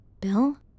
Bill